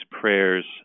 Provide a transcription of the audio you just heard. prayers